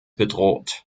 bedroht